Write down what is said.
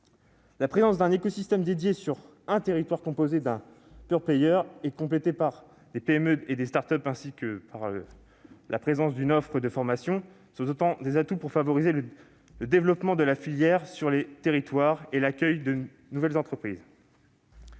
La présence d'un écosystème dédié sur un territoire, composé de et complété par des PME et des start-up, ainsi que par la présence d'une offre de formation, sont autant d'atouts pour favoriser le développement de la filière sur les territoires et l'accueil de nouvelles entreprises.